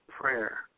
prayer